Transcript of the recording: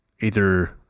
either-